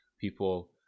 people